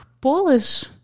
Polish